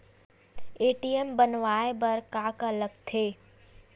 ATM बनवाय बर का का लगथे?